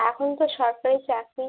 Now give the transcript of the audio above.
এখন তো সরকারি চাকরি